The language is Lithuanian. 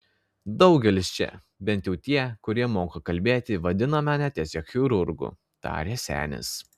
daugelis čia bent jau tie kurie moka kalbėti vadina mane tiesiog chirurgu tarė senis